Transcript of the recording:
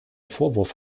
vorwurf